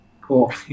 Cool